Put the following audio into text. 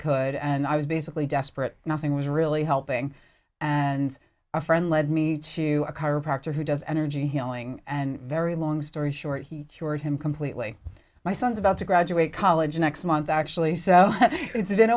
could and i was basically desperate nothing was really helping and a friend led me to a chiropractor who does energy healing and very long story short he short him completely my son's about to graduate college next month actually so it's